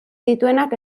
dituenak